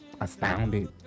Astounded